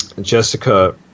Jessica